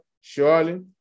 Surely